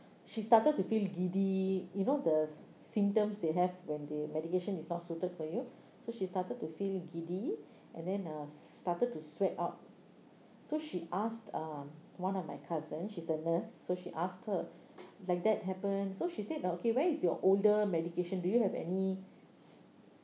she started to feel giddy you know the symptoms they have when they medication is not suited for you so she started to feel giddy and then uh started to sweat out so she asked uh one of my cousin she's a nurse so she asked her like that happen so she said oh okay where is your older medication do you have any